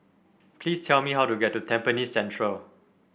please tell me how to get to Tampines Central